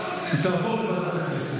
בבקשה.